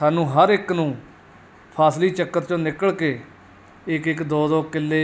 ਸਾਨੂੰ ਹਰ ਇੱਕ ਨੂੰ ਫਸਲੀ ਚੱਕਰ 'ਚੋਂ ਨਿਕਲ ਕੇ ਇੱਕ ਇੱਕ ਦੋ ਦੋ ਕਿੱਲੇ